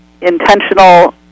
intentional